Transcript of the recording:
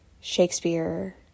Shakespeare